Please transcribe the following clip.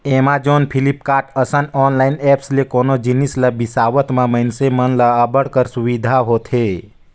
Amazon, Flipkart, असन online apps ले कोनो जिनिस ल बिसावत म मइनसे मन ल अब्बड़ कर सुबिधा होथे